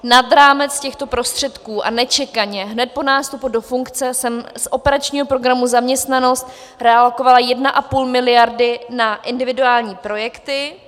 Nad rámec těchto prostředků a nečekaně hned po nástupu do funkce jsem z operačního programu Zaměstnanost realokovala 1,5 mld. na individuální projekty.